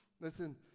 Listen